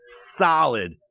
solid